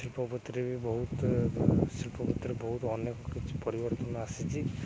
ଶିଳ୍ପପତିରେ ବି ବହୁତ ଶିଳ୍ପପତିରେ ବହୁତ ଅନେକ କିଛି ପରିବର୍ତ୍ତନ ଆସିଛି